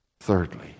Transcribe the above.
Thirdly